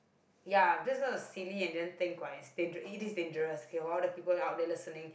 ya just gonna silly and then think right it's dang~ it is dangerous okay all the people out there listening